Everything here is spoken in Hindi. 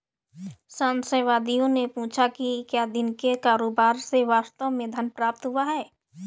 संशयवादियों ने पूछा कि क्या दिन के कारोबार से वास्तव में धन प्राप्त हुआ है